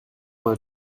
mal